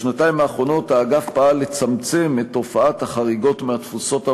בשנתיים האחרונות האגף פעל לצמצם את תופעת החריגות מהתפוסות המאושרות,